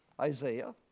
Isaiah